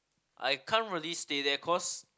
I can't really stay there cause